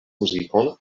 muzikon